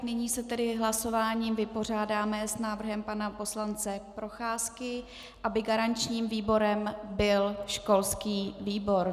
Nyní se tedy hlasováním vypořádáme s návrhem pana poslance Procházky, aby garančním výborem byl školský výbor.